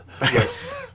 Yes